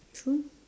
true